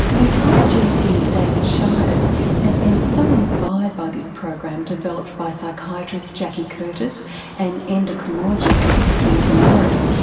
retired gp david shiers has been so inspired by this program developed by psychiatrist jackie curtis and endocrinologist katherine samaris,